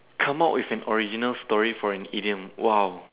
come out with an original story for an idiom !wow!